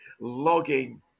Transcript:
logging